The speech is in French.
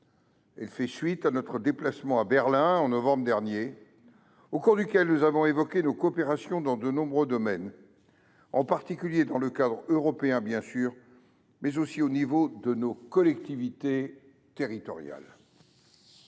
Elle fait suite à mon déplacement à Berlin en novembre dernier, au cours duquel nous avons évoqué nos coopérations dans de nombreux domaines, en particulier dans le cadre européen bien sûr, mais aussi à l’échelle de nos collectivités locales.